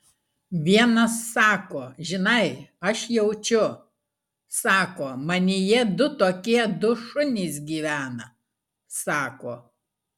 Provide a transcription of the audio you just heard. vienas sako žinai aš jaučiu sako manyje du tokie du šunys gyvena sako